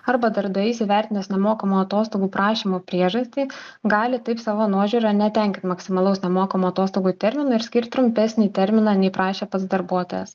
arba darbdavys įvertinęs nemokamų atostogų prašymo priežastį gali taip savo nuožiūra netenkint maksimalaus nemokamų atostogų termino ir skirt trumpesnį terminą nei prašė pats darbuotojas